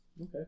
Okay